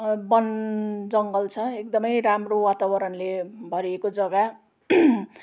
वन जङ्गल छ एकदमै राम्रो वातावरणले भरिएको जग्गा